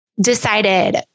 decided